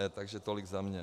Takže tolik za mě.